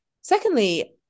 Secondly